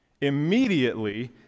Immediately